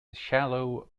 shallow